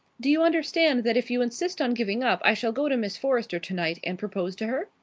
do you understand that if you insist on giving up i shall go to miss forrester tonight and propose to her?